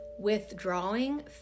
withdrawing